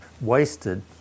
wasted